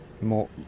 more